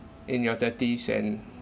in your thirties and